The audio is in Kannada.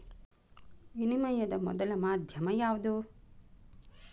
ವಿನಿಮಯದ ಮೊದಲ ಮಾಧ್ಯಮ ಯಾವ್ದು